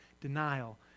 denial